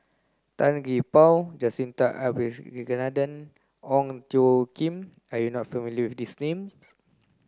Tan Gee Paw Jacintha Abisheganaden Ong Tjoe Kim are you not familiar with these names